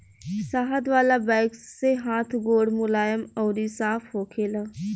शहद वाला वैक्स से हाथ गोड़ मुलायम अउरी साफ़ होखेला